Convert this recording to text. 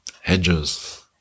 Hedges